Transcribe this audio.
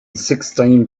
sixteen